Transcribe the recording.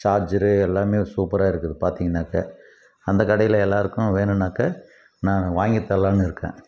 charger எல்லாமே சூப்பராக இருக்குது பார்த்திங்கனாக்கா அந்த கடையில் எல்லாருக்கும் வேணும்னாக்கா நான் வாங்கி தரலான்னு இருக்கேன்